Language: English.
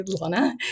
Lana